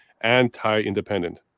anti-independent